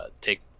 take